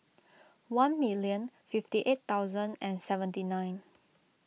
one million fifty eight thousand and seventy nine